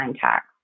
tax